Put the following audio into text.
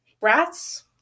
Rats